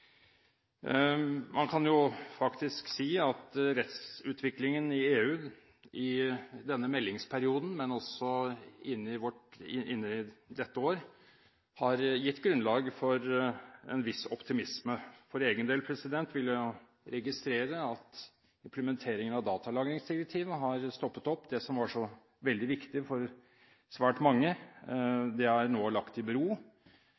Man kan faktisk si at rettsutviklingen i EU i denne meldingsperioden – men også inn i dette år – har gitt grunnlag for en viss optimisme. For egen del vil jeg registrere at implementeringen av datalagringsdirektivet har stoppet opp, det som var så veldig viktig for svært mange, er nå lagt i bero.